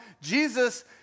Jesus